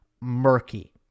murky